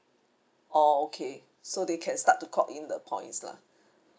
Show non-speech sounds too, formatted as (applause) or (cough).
orh okay so they can start to clock in the points lah (breath)